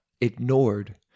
ignored